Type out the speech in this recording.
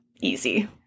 easy